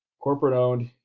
corporate owned,